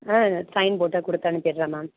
ஆ sign போட்டு கொடுத்தனுப்பிட்றேன் ma'am